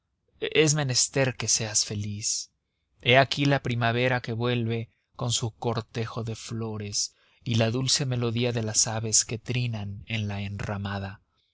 es menester que seas feliz he aquí la primavera que vuelve con su cortejo de flores y la dulce melodía de las aves que trinan en la enramada